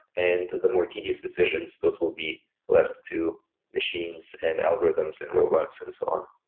and the more tedious decisions, those will be left to machines and algorithms and robots and so on.